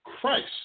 Christ